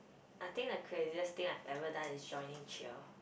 I think the craziest thing I've ever done is joining cheer